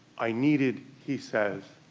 i needed, he says,